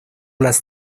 las